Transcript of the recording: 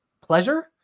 pleasure